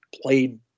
played